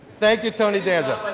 thank you, tony danza.